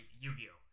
Yu-Gi-Oh